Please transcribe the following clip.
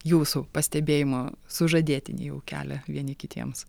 jūsų pastebėjimu sužadėtiniai jau kelia vieni kitiems